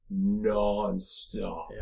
nonstop